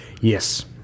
Yes